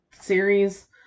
series